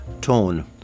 tone